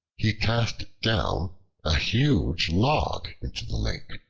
he cast down a huge log into the lake.